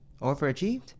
Overachieved